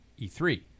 E3